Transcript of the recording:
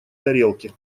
тарелки